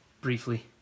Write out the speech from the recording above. briefly